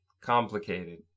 complicated